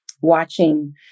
watching